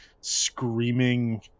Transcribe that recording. screaming